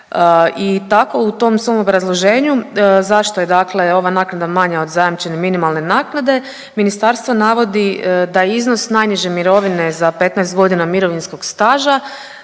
I tako u tom svom obrazloženju zašto je dakle ova naknada manja od zajamčene minimalne naknade ministarstvo navodi da je iznos najniže mirovine za 15 godina mirovinskog staža